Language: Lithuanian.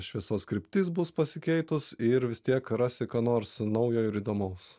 šviesos kryptis bus pasikeitus ir vis tiek rasi ką nors naujo ir įdomaus